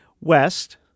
West